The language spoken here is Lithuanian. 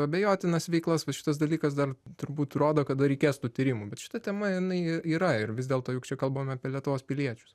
abejotinas veiklas va šitas dalykas dar turbūt rodo kad dar reikės tų tyrimų bet šita tema jinai yra ir vis dėlto juk čia kalbam apie lietuvos piliečius